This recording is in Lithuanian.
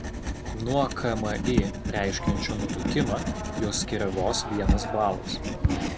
nuo kmi reiškiančio nutukimą juos skiria vos vienas balas